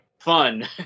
fun